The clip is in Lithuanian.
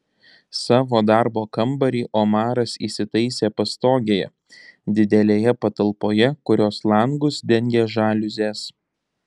savo darbo kambarį omaras įsitaisė pastogėje didelėje patalpoje kurios langus dengė žaliuzės